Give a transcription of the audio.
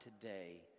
today